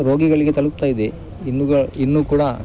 ರೋಗಿಗಳಿಗೆ ತಲುಪ್ತಾ ಇದೆ ಇನ್ನೂ ಇನ್ನೂ ಕೂಡ